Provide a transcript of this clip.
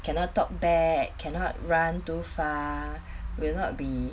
cannot talk bad cannot run too far will not be